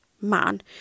man